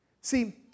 See